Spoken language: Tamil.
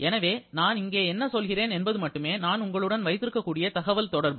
எனவே நான் இங்கே என்ன சொல்கிறேன் என்பது மட்டுமே நான் உங்களுடன் வைத்திருக்கக்கூடிய தகவல் தொடர்பு